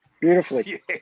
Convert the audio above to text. beautifully